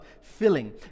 filling